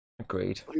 Agreed